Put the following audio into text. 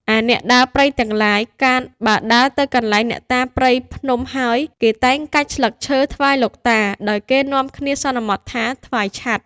ឯអ្នកដើរព្រៃទាំងឡាយ កាលបើដើរទៅកន្លែងអ្នកតាព្រៃភ្នំហើយ ក៏តែងតែកាច់ស្លឹកឈើ ថ្វាយលោកតា ដោយគេនាំគ្នាសន្មតថា ថ្វាយឆ័ត្រ។